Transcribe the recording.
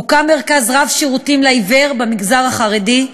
הוקם מרכז רב-שירותים לעיוור במגזר החרדי.